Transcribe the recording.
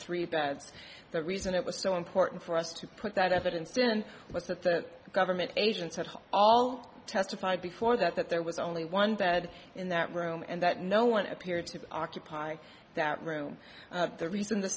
three pads that reason it was so important for us to put that evidence then was that the government agents had all testified before that that there was only one bed in that room and that no one appeared to occupy that room the reason the